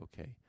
okay